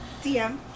DM